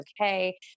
okay